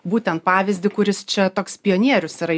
būtent pavyzdį kuris čia toks pionierius yra